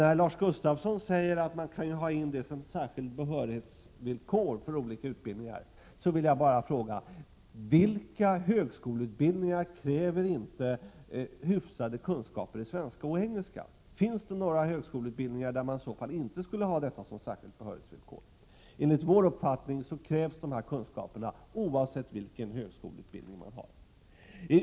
När Lars Gustafsson säger att man kan ha det här kravet som ett särskilt behörighetsvillkor för olika utbildningar, vill jag bara fråga: Vilka högskoleutbildningar kräver inte hyfsade kunskaper i svenska och engelska? Finns det alltså några högskoleutbildningar där man inte skulle ha detta som ett särskilt behörighetsvillkor? Enligt vår uppfattning krävs dessa kunskaper oavsett vilken högskoleutbildning man väljer.